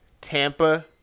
Tampa